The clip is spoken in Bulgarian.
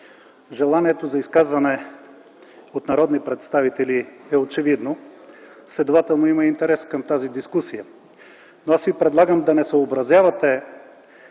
Желанието за изказване от народни представители е очевидно. Следователно има интерес към тази дискусия. Но аз Ви предлагам да не съобразявате